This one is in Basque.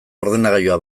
ordenagailuak